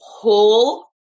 pull